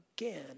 again